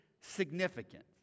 significant